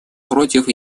против